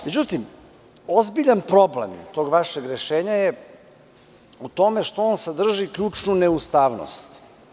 Međutim, ozbiljan problem tog vašeg rešenjau tome što on sadrži ključnu neustavnost.